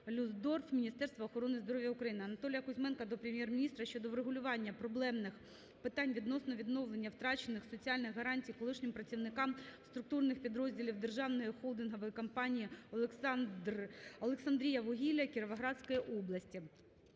"Люстдорф" Міністерства охорони здоров'я України. Анатолія Кузьменка до Прем'єр-міністра щодо врегулювання проблемних питань відносно відновлення втрачених соціальних гарантій колишнім працівникам структурних підрозділів Державної холдингової компанії "Олександріявугілля" Кіровоградської області.